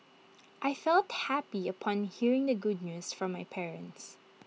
I felt happy upon hearing the good news from my parents